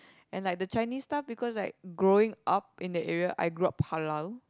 and like the Chinese stuff because like growing up in that area I grew up halal